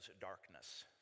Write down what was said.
darkness